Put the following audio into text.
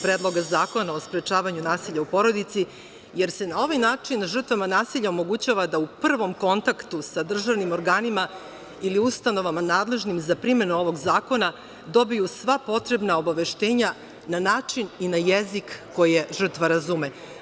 Predloga zakona o sprečavanju nasilja u porodici, jer se na ovaj način žrtvama nasilja omogućava da u prvom kontaktu sa državnim organima ili ustanovama nadležnim za primenu ovog zakona dobiju sva potrebna obaveštenja na način i na jezik koji žrtva razume.